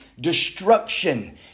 destruction